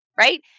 Right